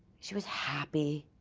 she was happy.